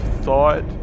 thought